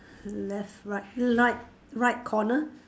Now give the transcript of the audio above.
left right light right corner